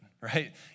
right